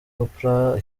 oprah